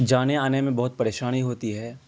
جانے آنے میں بہت پریشانی ہوتی ہے